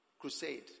crusade